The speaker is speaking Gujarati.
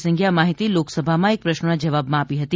સિંઘે આ માહિતી લોકસભામાં એક પ્રશ્નના જવાબમાં આપી હતી